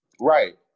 Right